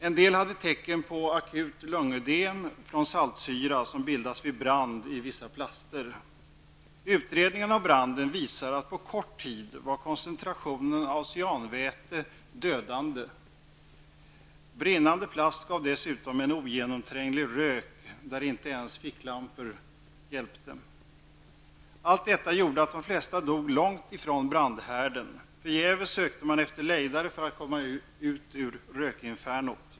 En del hade tecken på akut lungödem från saltsyra, som bildas vid brand i vissa plaster. Utredningen av branden visar att koncentrationerna av cyanväte var dödande på kort tid. Brinnande plast gav dessutom en ogenomtränglig rök, där inte ens ficklampor hjälpte. Allt detta gjorde att de flesta dog långt från brandhärden. Förgäves sökte man efter lejdare för att komma ur rökinfernot.